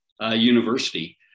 university